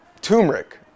turmeric